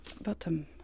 bottom